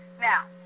Now